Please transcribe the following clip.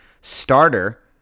starter